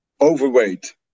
overweight